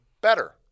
better